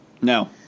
No